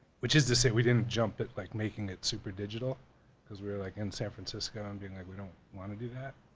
which is to say, we didn't jump it like making it super digital we were like in san francisco and being like, we don't wanna do that.